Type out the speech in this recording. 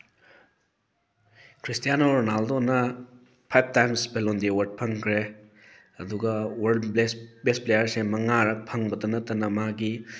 Cristiano ꯔꯣꯅꯥꯜꯗꯣꯅ five times Ballon d'Or ꯑꯦꯋꯥꯔꯗ ꯐꯪꯈ꯭ꯔꯦ ꯑꯗꯨꯒ ꯋꯥꯔꯜ ꯕꯦꯁ ꯄ꯭ꯂꯦꯌꯥꯔꯁꯦ ꯃꯉꯥꯔꯛ ꯐꯪꯕꯇ ꯅꯠꯇꯅ ꯃꯥꯒꯤ